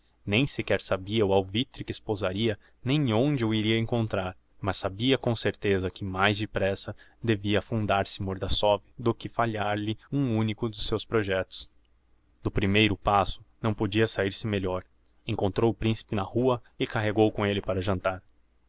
nem sequer sabia o alvitre que esposaria nem onde o iria encontrar mas sabia com certeza que mais depressa devia afundar se mordassov do que falhar lhe um unico de seus projectos do seu primeiro passo não podia saír se melhor encontrou o principe na rua e carregou com elle para jantar